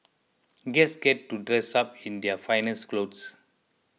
guests get to dress up in their finest clothes